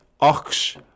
Ox